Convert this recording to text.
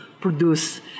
produce